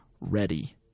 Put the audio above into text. ready